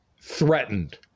threatened